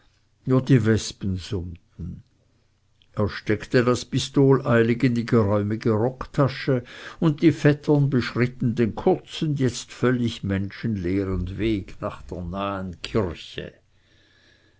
nur die wespen summten er steckte das pistol eilig in die geräumige rocktasche und die vettern beschritten den kurzen jetzt völlig menschenleeren weg nach der nahen kirche